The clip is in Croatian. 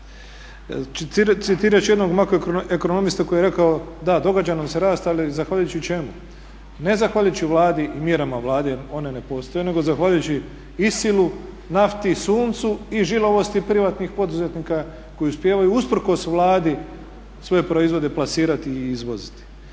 Citirat ću jednog makroekonomista koji je rekao "da događa nam se rast, ali zahvaljujući čemu", ne zahvaljujući Vladi i mjerama Vlade jer one ne postoje, nego zahvaljujući ISIL-u, nafti, suncu i žilavosti privatnih poduzetnika koji uspijevaju usprkos Vladi svoje proizvode plasirati i izvoziti.